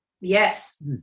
Yes